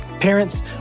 Parents